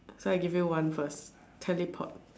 so I give you one first teleport